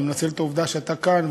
אני מנצל את העובדה שאתה כאן,